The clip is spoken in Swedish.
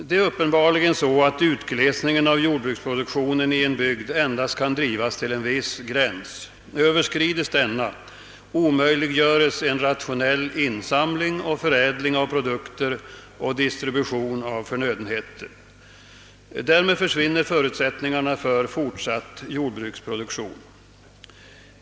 Det är uppenbarligen så att utglesningen av jordbruksproduktionen i en bygd endast kan drivas till en viss gräns. Överskrides denna, så omöjliggöres en rationell insamling och förädling av produkter samt distributionen av förnödenheter. Därmed försvinner förutsättningarna för fortsatt jordbruksproduktion.